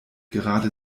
gerade